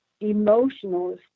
emotional